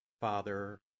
Father